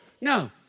no